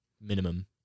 minimum